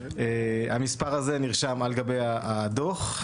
המספר הזה נרשם על גבי הדו"ח,